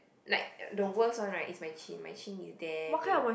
like the worst one right is my chin my chin is damn red